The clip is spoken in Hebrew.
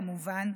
כמובן,